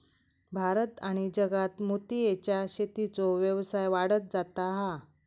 भारत आणि जगात मोतीयेच्या शेतीचो व्यवसाय वाढत जाता हा